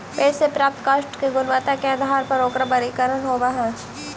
पेड़ से प्राप्त काष्ठ के गुणवत्ता के आधार पर ओकरा वर्गीकरण होवऽ हई